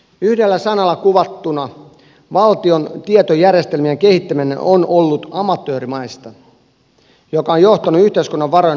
yhdellä sanalla kuvattuna valtion tietojärjestelmien kehittäminen on ollut amatöörimäistä mikä on johtanut yhteiskunnan varojen haaskaamiseen